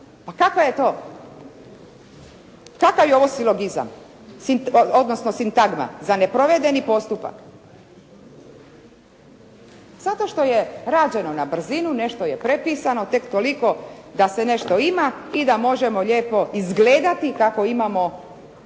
Pa kakva je ovo sintagma za neprovedeni postupak. Zato što je rađeno na brzinu, nešto je prepisano, tek toliko da se nešto ima i da možemo lijepo izgledati kako imamo Zakon